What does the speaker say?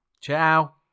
Ciao